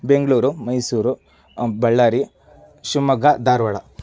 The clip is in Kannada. ಬೆಂಗಳೂರು ಮೈಸೂರು ಬಳ್ಳಾರಿ ಶಿವಮೊಗ್ಗ ಧಾರವಾಡ